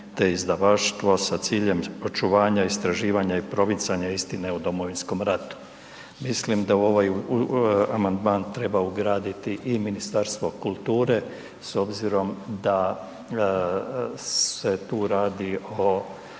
te izdavaštvo sa ciljem očuvanja istraživanja i promicanja istine o Domovinskom ratu. Mislim da u ovaj amandman treba ugraditi i Ministarstvo kulture s obzirom da se tu radi o